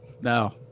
No